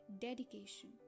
Dedication